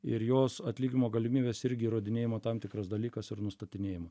ir jos atlikimo galimybės irgi įrodinėjimo tam tikras dalykas ir nustatinėjama